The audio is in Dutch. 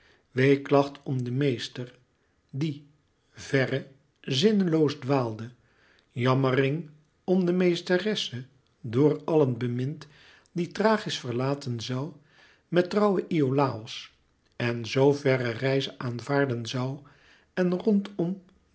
weeklacht om den meester die verre zinneloos dwaalde jammering om de meesteresse door allen bemind die thrachis verlaten zoû met trouwen iolàos en zoo verre reize aanvaarden zoû en rondom